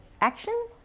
action